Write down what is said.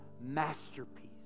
masterpiece